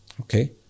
Okay